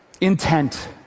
Intent